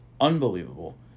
unbelievable